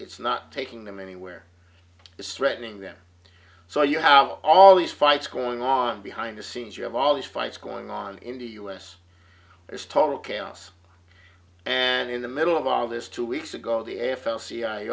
it's not taking them anywhere it's threatening them so you have all these fights going on behind the scenes you have all these fights going on in the u s there's total chaos and in the middle of all this two weeks ago the n f l c i a